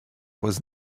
was